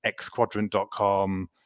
xquadrant.com